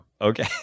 okay